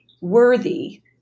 worthy